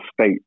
state